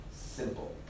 simple